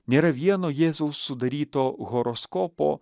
nėra vieno jėzaus sudaryto horoskopo